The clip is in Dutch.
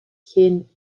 geen